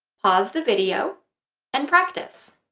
pause the video and practice!